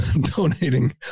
donating